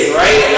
right